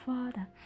Father